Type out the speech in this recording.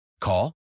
Call